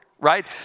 Right